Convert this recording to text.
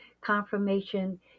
confirmation